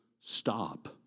Stop